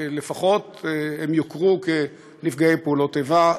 לפחות הם יוכרו כנפגעי פעולות איבה.